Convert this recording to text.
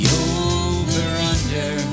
over-under